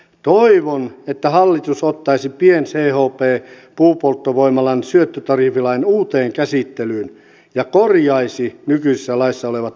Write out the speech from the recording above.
toivon että hallitus ottaisi pien chp puupolttovoimalan syöttötariffilain uuteen käsittelyyn ja korjaisi nykyisessä laissa olevat epäkohdat